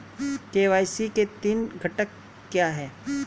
KYC के तीन घटक क्या हैं?